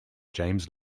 james